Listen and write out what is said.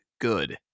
good